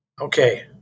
okay